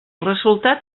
resultat